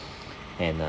and